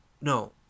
no